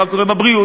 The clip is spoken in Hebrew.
מה קורה בבריאות,